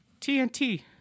TNT